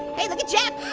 look at jep.